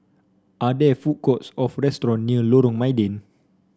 are there food courts or restaurants near Lorong Mydin